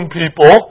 people